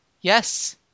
yes